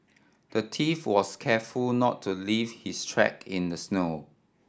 the thief was careful not to leave his track in the snow